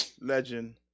legend